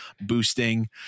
boosting